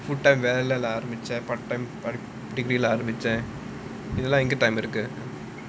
full time வேலை ஆரம்பிச்சேன்:velai arambichaen part time degree ஆரம்பிச்சேன் இதுகெல்லாம் எங்க:arambichaen ithellaam enga time இருக்கு:irukku